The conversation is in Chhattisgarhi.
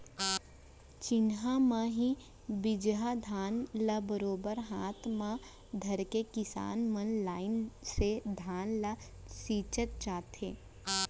चिन्हा म ही बीजहा धान ल बरोबर हाथ म धरके किसान मन लाइन से धान ल छींचत जाथें